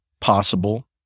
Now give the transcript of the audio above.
possible